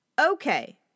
Okay